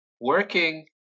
working